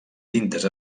tintes